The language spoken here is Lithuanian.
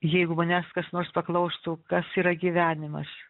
jeigu manęs kas nors paklaustų kas yra gyvenimas